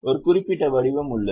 ஒரு குறிப்பிட்ட வடிவம் உள்ளது